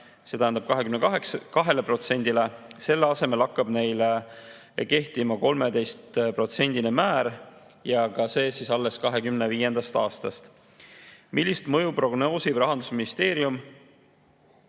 see tähendab 22%-le. Selle asemel hakkab neile kehtima 13%-line määr ja see ka alles 2025. aastast. "Millist mõju prognoosib rahandusministeerium